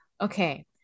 okay